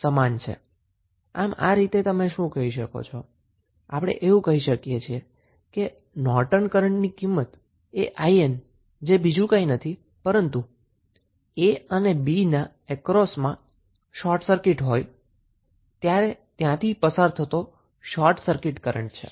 આમ આપણે કહી શકીએ છીએ કે નોર્ટન કરન્ટની કિમત એ 𝐼𝑁 છે જે બીંજુ કંઈ નથી પરંતુ a અને b ના અક્રોસ માં શોર્ટ સર્કીટ હોય છે ત્યારે ત્યાંથી પસાર થતો શોર્ટ સર્કીટ કરન્ટ છે